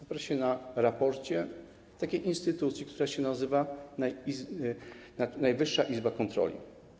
Oprę się na raporcie takiej instytucji, która się nazywa Najwyższa Izba Kontroli.